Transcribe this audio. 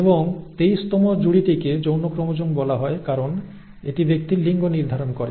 এবং 23 তম জুড়িটিকে যৌন ক্রোমোজোম বলা হয় কারণ এটি ব্যক্তির লিঙ্গ নির্ধারণ করে